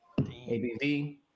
ABV